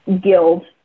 Guild